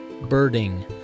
Birding